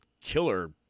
killer